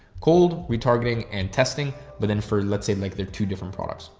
cold retargeting and testing. but then for let's say like they're two different products.